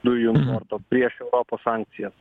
dujų importo prieš europos sankcijas